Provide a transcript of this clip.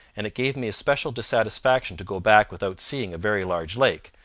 and it gave me especial dissatisfaction to go back without seeing a very large lake,